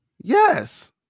Yes